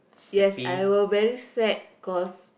yes I were very sad cause